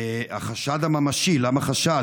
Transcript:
והחשד הממשי, למה חשד?